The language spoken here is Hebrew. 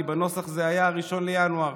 כי בנוסח זה היה 1 בינואר,